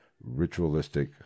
ritualistic